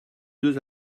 deux